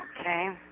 Okay